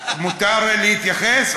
מותר להתייחס?